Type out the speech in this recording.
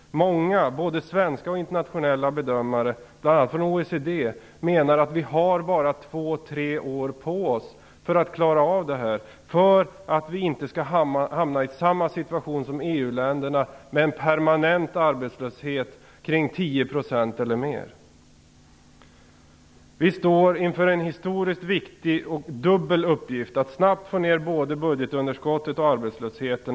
Många, både svenska och internationella, bedömare från bl.a. OECD menar att vi bara har två tre år på oss för att klara av problemen för att vi inte skall hamna i samma situation som EU-länderna, med en permanent arbetslöshet kring 10 % eller mer. Vi står inför en historiskt viktig dubbeluppgift att snabbt få ner både budgetunderskottet och arbetslösheten.